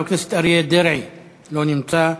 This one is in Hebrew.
חבר הכנסת אריה דרעי, לא נמצא.